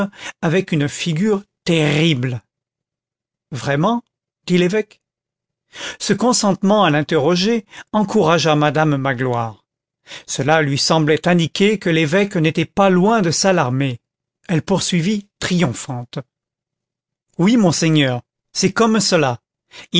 avec une figure terrible vraiment dit l'évêque ce consentement à l'interroger encouragea madame magloire cela lui semblait indiquer que l'évêque n'était pas loin de s'alarmer elle poursuivit triomphante oui monseigneur c'est comme cela